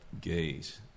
gays